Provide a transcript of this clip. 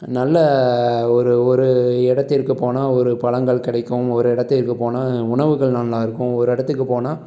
நல்ல ஒரு ஒரு இடத்திற்கு போனால் ஒரு பழங்கள் கிடைக்கும் ஒரு இடத்திற்கு போனால் உணவுகள் நல்லாயிருக்கும் ஒரு இடத்துக்கு போனால்